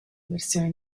versioni